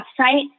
website